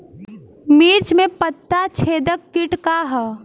मिर्च में पता छेदक किट का है?